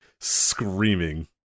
screaming